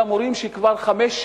אלא על מורים שכבר חמש,